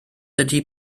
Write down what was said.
ydy